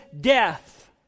death